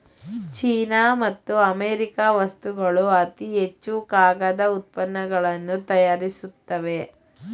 China ಮತ್ತು America ವಸ್ತುಗಳು ಅತಿ ಹೆಚ್ಚು ಕಾಗದ ಉತ್ಪನ್ನಗಳನ್ನು ತಯಾರಿಸುತ್ತವೆ